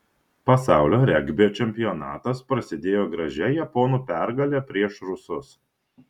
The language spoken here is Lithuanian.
pasaulio regbio čempionatas prasidėjo gražia japonų pergale prieš rusus